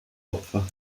opfer